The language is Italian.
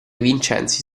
vincenzi